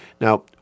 Now